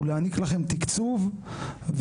הוא להעניק לכם תקצוב ותקצוב,